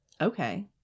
Okay